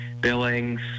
Billings